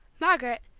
margaret,